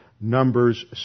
Numbers